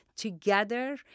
together